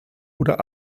oder